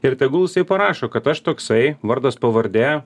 ir tegul jisai parašo kad aš toksai vardas pavardė